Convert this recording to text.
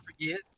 forget